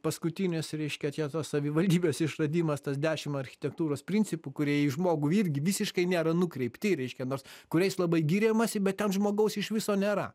paskutinis reiškia tie tas savivaldybės išradimas tas dešim architektūros principų kurie į žmogų irgi visiškai nėra nukreipti reiškia nors kuriais labai giriamasi bet ten žmogaus iš viso nėra